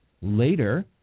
later